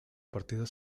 partidos